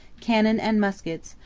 cannon and muskets,